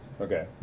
Okay